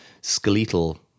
skeletal